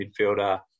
midfielder